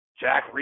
Jack